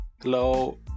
Hello